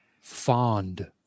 fond